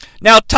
Now